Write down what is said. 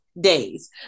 days